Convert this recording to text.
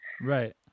right